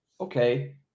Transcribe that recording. okay